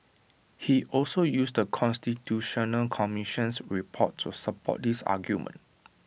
he also used the constitutional commission's report to support this argument